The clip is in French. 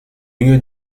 lieu